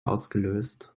ausgelöst